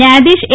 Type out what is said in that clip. ન્યાયાધીશ એ